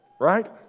right